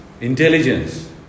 Intelligence